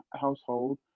household